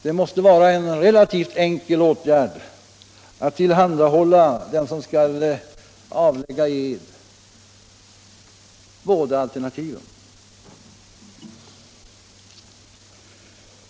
Det måste vara en mycket enkel åtgärd att tillhandahålla den som skall avlägga ed båda alternativen.